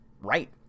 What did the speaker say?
right